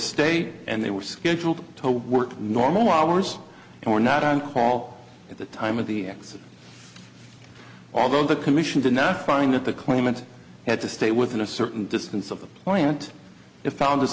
stay and they were scheduled to work normal hours and were not on call at the time of the accident although the commission did now find that the claimant had to stay within a certain distance of the plant if found